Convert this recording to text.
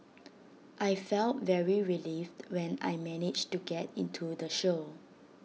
I felt very relieved when I managed to get into the show